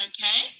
Okay